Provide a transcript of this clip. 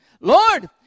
Lord